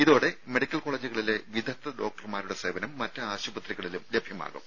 ഇതോടെ medical college കളിലെ വിദഗ്ദ്ധ ഡോക്ടർമാരുടെ സേവനം മറ്റ് ആശുപത്രികളിലും ലഭ്യ മാകും